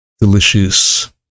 delicious